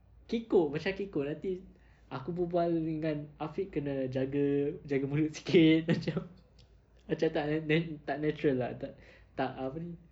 kekok macam kekok nanti aku berbual dengan afiq kena jaga jaga mulut sikit macam macam tak nat~ tak natural lah tak tak apa ini